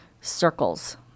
circles